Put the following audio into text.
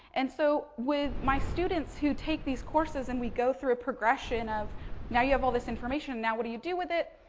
and so, with my students who take these courses and we go through a progression of now you have all this information, now what do you do with it.